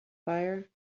fire